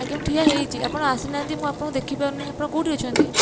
ଆଜ୍ଞା ମୁଁ ଠିଆ ହେଇଛି ଆପଣ ଆସିନାହାନ୍ତି ମୁଁ ଆପଣଙ୍କୁ ଦେଖିପାରୁନି ଆପଣ କେଉଁଠି ଅଛନ୍ତି